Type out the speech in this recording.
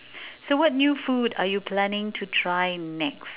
so what new food are you planning to try next